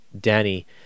Danny